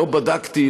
לא בדקתי,